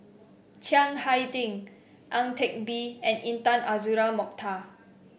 Chiang Hai Ding Ang Teck Bee and Intan Azura Mokhtar